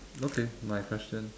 okay my question